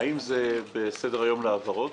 האם זה בסדר-היום להעברות